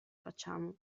facciamo